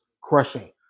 crushing